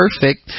perfect